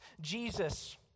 Jesus